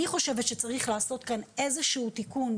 אני חושבת שצריך לעשות כאן איזה שהוא תיקון,